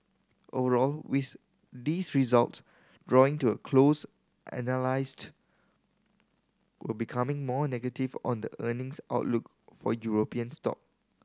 overall with these result drawing to a close analyst were becoming more negative on the earnings outlook for European stock